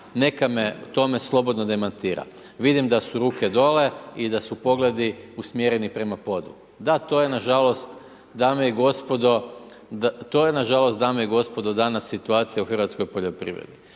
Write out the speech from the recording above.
neka me u tome slobodno demantira. Vidim da su ruke dole i da su pogledi usmjereni prema podu. Da to je nažalost, dame i gospodo, to je nažalost dame i gospodo danas situacija u hrvatskoj poljoprivredi.